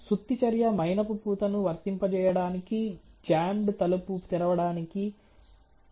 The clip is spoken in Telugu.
సుత్తి చర్య మైనపు పూతను వర్తింపజేయడానికి జామ్డ్ తలుపు తెరవడానికి సంబంధించినది కావచ్చు